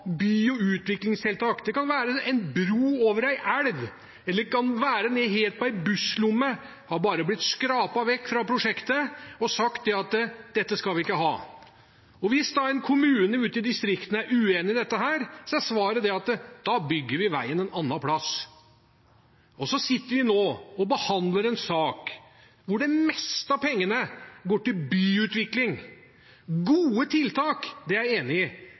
utviklingstiltak – det kan være en bro over en elv, eller det kan være en busslomme – bare blitt skrapt vekk fra prosjektet, og en har sagt at dette skal vi ikke ha. Hvis en kommune ute i distriktene er uenig i dette, er svaret at da bygger vi veien en annen plass. Så sitter vi nå og behandler en sak hvor det meste av pengene går til byutvikling. Det er gode tiltak, det er jeg enig i,